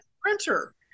printer